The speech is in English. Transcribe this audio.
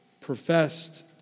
professed